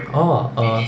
orh um